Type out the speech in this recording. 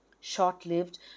Short-lived